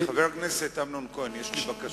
חבר הכנסת אמנון כהן, יש לי בקשה.